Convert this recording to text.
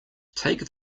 take